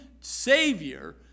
Savior